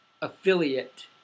affiliate